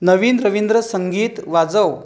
नवीन रवींद्र संगीत वाजव